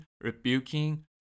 rebuking